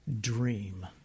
dream